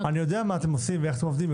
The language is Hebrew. --- אני יודע מה אתם עושים ואיך אתם עובדים,